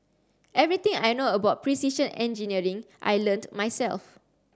everything I know about precision engineering I learnt myself